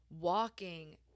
walking